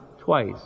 twice